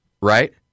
Right